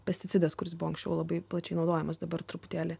pesticidas kuris buvo anksčiau labai plačiai naudojamas dabar truputėlį